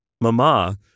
Mama